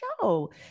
show